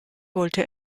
wollte